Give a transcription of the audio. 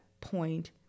point